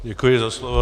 Děkuji za slovo.